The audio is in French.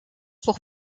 pour